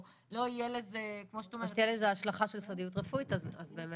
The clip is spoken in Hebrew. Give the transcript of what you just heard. או לא יהיה לזה -- או שתהיה לזה השלכה של סודיות רפואית אז באמת